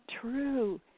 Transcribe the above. true